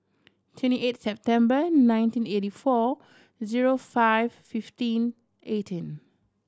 twenty eight September nineteen eighty four zero five fifteen eighteen